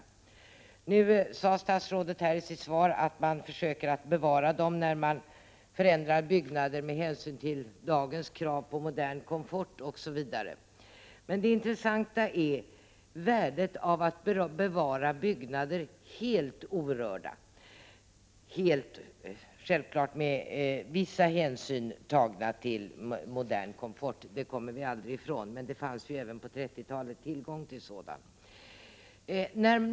byggelsé Nu sade statsrådet i sitt svar, att när man bevarar gamla byggnader, försöker man att förändra dem med hänsyn till dagens krav på modern komfort osv., men det intressanta är värdet av att bevara byggnader helt orörda. Att vissa hänsyn tas till modern komfort kommer vi aldrig ifrån, men sådant fanns det ju tillgång till även på 30-talet.